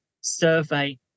survey